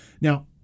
Now